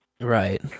Right